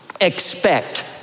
expect